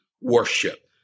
worship